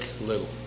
Little